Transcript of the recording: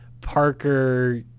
Parker